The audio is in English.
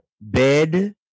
bed